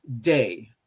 day